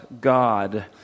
God